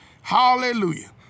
Hallelujah